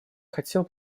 хотел